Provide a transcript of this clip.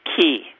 key